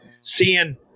seeing